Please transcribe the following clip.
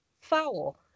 foul